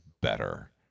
better